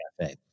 Cafe